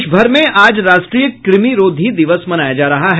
देशभर में आज राष्ट्रीय कृमिरोधी दिवस मनाया जा रहा है